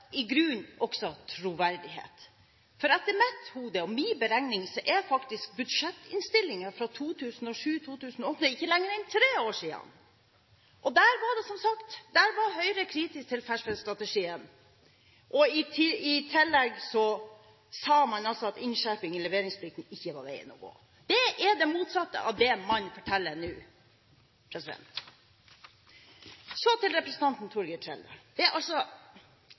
i grunnen også troverdighet. For etter mitt hode, og min beregning, er det faktisk ikke lenger enn tre år siden vi hadde til behandling budsjettinnstillingen for 2007–2008, og der var Høyre kritisk til ferskfiskstrategien, og i tillegg sa man at innskjerping i leveringsplikten ikke var veien å gå. Det er det motsatte av det som mannen forteller nå! Så til representanten Torgeir Trældal: Det